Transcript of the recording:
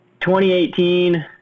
2018